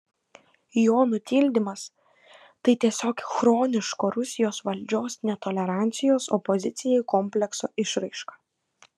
jo nutildymas tai tiesiog chroniško rusijos valdžios netolerancijos opozicijai komplekso išraiška